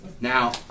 Now